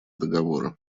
договора